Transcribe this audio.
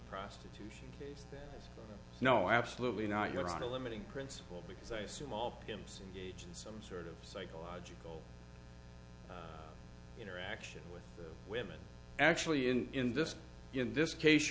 prostitution case no absolutely not you're not a limiting principle because i assume all ins agents some sort of psychological interaction with women actually in in this in this case